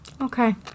Okay